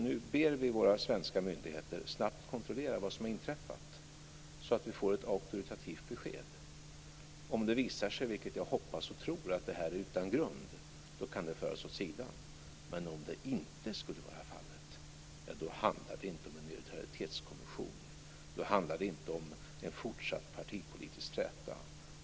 Nu ber vi våra svenska myndigheter att snabbt kontrollera vad som har inträffat så att vi får ett auktoritativt besked. Om det visar sig, vilket jag hoppas och tror, att detta är utan grund kan det föras åt sidan. Men om så inte skulle vara fallet, ja, då handlar det inte om en neutralitetskommission. Då handlar det inte om en fortsatt partipolitisk träta.